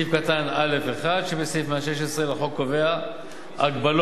סעיף קטן (א1) שבסעיף 116 לחוק קובע הגבלות